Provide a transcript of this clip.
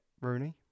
Rooney